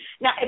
Now